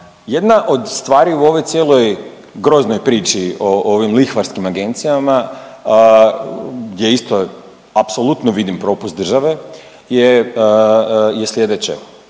jedna od stvari u ovoj cijeloj groznoj priči o ovim lihvarskim agencijama je isto apsolutno vidim propust države je sljedeće.